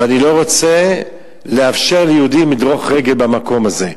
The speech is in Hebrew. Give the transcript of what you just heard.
ואני לא רוצה לאפשר ליהודים מדרך רגל במקום הזה.